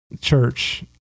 church